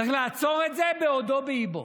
צריך לעצור את זה בעודו באיבו.